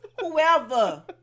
whoever